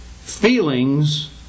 Feelings